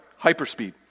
hyperspeed